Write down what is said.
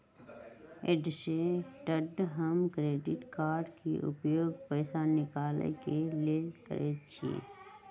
अइसे तऽ हम डेबिट कार्ड के उपयोग पैसा निकाले के लेल करइछि